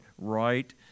right